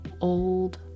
old